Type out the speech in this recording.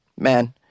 Man